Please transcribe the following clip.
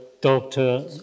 doctor